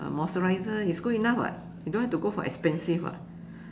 moisturizer is good enough [what] you don't have to go for expensive [what]